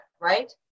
right